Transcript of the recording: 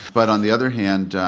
but on the other hand,